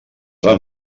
van